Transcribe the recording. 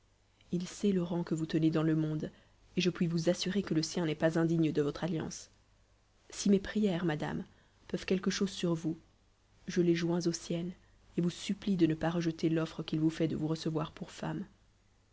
il sait le rang que vous tenez dans le monde et je puis vous assurer que le sien n'est pas indigne de votre alliance si mes prières madame peuvent quelque chose sur vous je les joins aux siennes et vous supplie de ne pas rejeter l'offre qu'il vous fait de vous recevoir pour femme